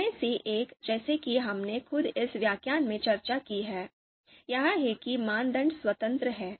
उनमें से एक जैसा कि हमने खुद इस व्याख्यान में चर्चा की है यह है कि मानदंड स्वतंत्र हैं